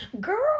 girl